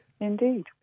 Indeed